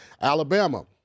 Alabama